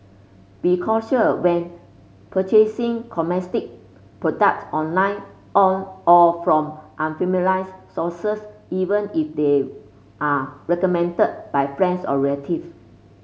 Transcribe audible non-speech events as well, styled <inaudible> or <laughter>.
be cautious when purchasing cosmetic products online on or from <unintelligible> sources even if they are recommended by friends or relative